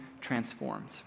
transformed